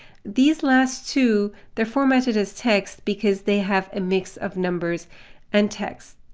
these last two, they're formatted as text because they have a mix of numbers and text.